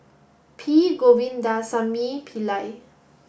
P Govindasamy Pillai